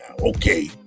Okay